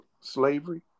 slavery